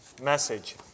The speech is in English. message